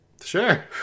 Sure